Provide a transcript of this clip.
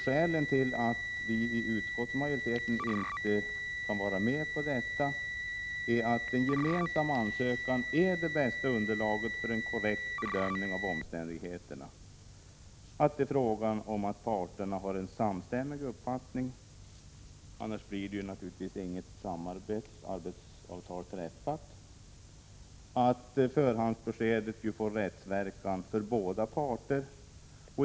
Skälen till att vi i utskottsmajoriteten inte kan vara med på detta är att en gemensam ansökan är det bästa underlaget för en korrekt bedömning av omständigheterna, att det ju är fråga om att parterna har en samstämmig uppfattning — annars blir naturligtvis inget samarbetsavtal träffat — och att förhandsbeskedet ju får rättsverkan för båda parter.